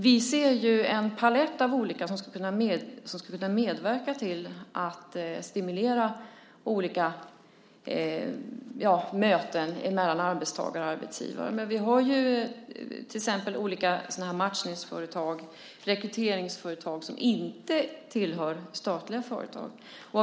Vi ser en palett av olika aktörer som skulle kunna medverka till att stimulera möten mellan arbetstagare och arbetsgivare. Vi har till exempel olika matchningsföretag, rekryteringsföretag, som inte är statliga företag.